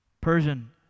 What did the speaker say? Persian